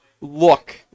look